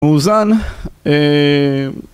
מאוזן,